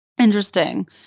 Interesting